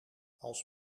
als